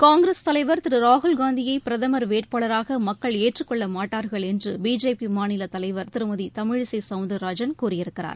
காங்கிரஸ் தலைவா் திரு ராகுல்காந்தியை பிரதமா் வேட்பாளராக மக்கள் ஏற்றுக் கொள்ள மாட்டார்கள் என்று பிஜேபி மாநில தலைவர் திருமதி தமிழிசை சௌந்தர்ராஜன் கூறியிருக்கிறார்